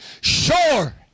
Sure